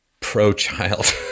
pro-child